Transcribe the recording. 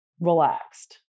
relaxed